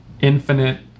infinite